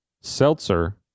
Seltzer